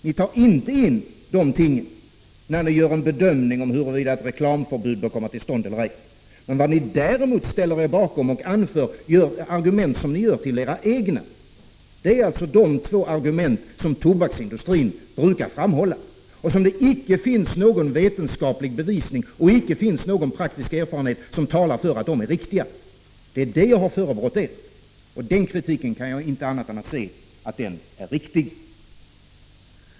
Ni tar inte in någonting av detta, när ni gör en bedömning om huruvida ett reklamförbud bör komma till stånd eller ej. Vad ni däremot gör är att ni ställer er bakom och gör till era egna de två argument som tobaksindustrin brukar framhålla men som ingen vetenskaplig bevisning eller praktisk erfarenhet talar för är riktiga. Det är detta jag har förebrått er, och jag kan inte finna annat än att den kritiken är riktig.